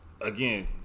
again